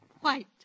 White